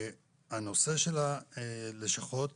הנושא של הלשכות